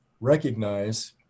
recognize